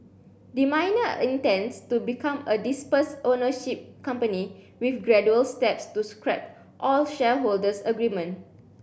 the miner intends to become a dispersed ownership company with gradual steps to scrap all shareholders agreement